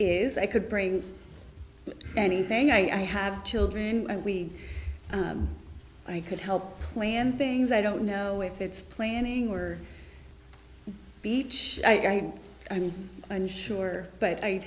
is i could bring anything i have children i could help plan things i don't know if it's planning or beach i am unsure but i